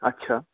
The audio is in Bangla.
আচ্ছা